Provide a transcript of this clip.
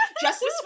Justice